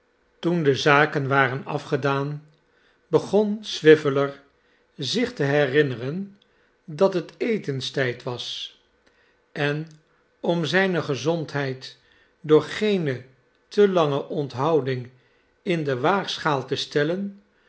toen de zaken wai'en afgedaan begon swiveller zich te herinneren dat het etenstijd was en om zijne gezondheid door geene te lange onthouding in de waagschaal te stellen